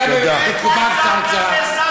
לתקופה קצרצרה,